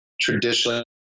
traditionally